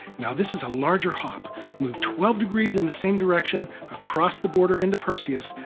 now this is a larger hop move twelve degrees in the same direction, across the border into perseus,